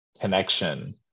connection